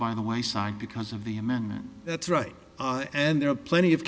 by the wayside because of the amendment that's right and there are plenty of